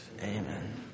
Amen